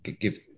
give